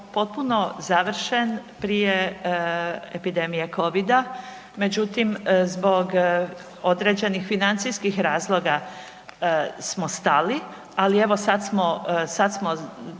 potpuno završen prije epidemije covida, međutim zbog određenih financijskih razloga smo stali, ali evo sada smo